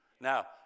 Now